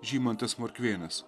žymantas morkvėnas